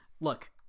look